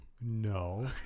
No